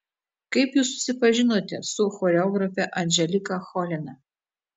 kaip jūs susipažinote su choreografe anželika cholina